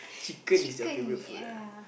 chicken is your favourite food ah